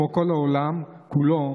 כמו כל העולם כולו,